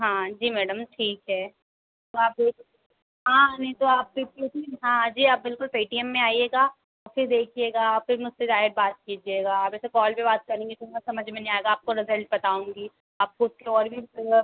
हाँ जी मैडम ठीक है तो आप एक हाँ नहीं तो आप भी पे टी एम हाँ हाँ जी आप बिल्कुल पी टी एम में आइएगा औ फिर देखिएगा और फिर मुझसे डायरेक्ट बात कीजिएगा आप ऐसे कॉल पर बात करेंगी तो न समझ में नहीं आएगा आपको रिज़ल्ट बताऊँगी आपको उसके और भी